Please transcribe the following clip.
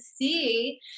see